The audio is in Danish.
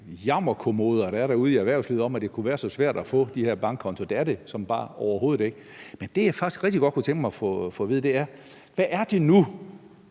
jammerkommoder, der er ude i erhvervslivet, i forhold til at det er så svært at få de her bankkontoer. Det er det så bare overhovedet ikke. Men det, jeg faktisk rigtig godt kunne tænke mig at få at vide, er: Hvad er det nu